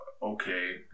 okay